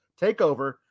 takeover